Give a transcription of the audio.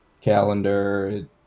calendar